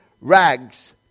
rags